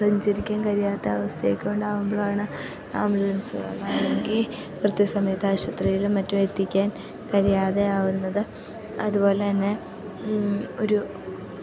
സഞ്ചരിക്കാൻ കഴിയാത്ത അവസ്ഥയൊക്കെ ഉണ്ടാകുമ്പോഴാണ് ആംബുലൻസ് അല്ലെങ്കിൽ കൃത്യ സമയത്ത് ആശുപത്രിയിലും മറ്റും എത്തിക്കാൻ കഴിയാതെ ആകുന്നത് അതുപോലെ തന്നെ ഒരു